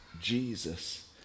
Jesus